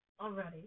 already